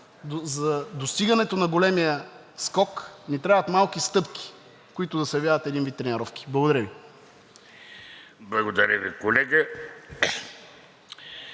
за достигането на големия скок ни трябват малки стъпки, които да се явяват един вид тренировки. Благодаря Ви. ПРЕДСЕДАТЕЛ ВЕЖДИ